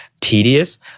tedious